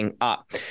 up